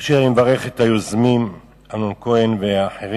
ראשית, אני מברך את היוזמים, אמנון כהן ואחרים,